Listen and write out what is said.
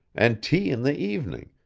and tea in the evening,